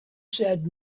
said